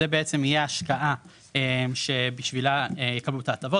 זה בעצם יהיה השקעה שבשבילה יקבלו את ההטבות,